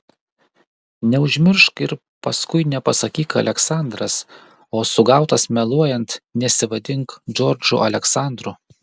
neužmiršk ir paskui nepasakyk aleksandras o sugautas meluojant nesivadink džordžu aleksandru